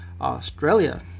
Australia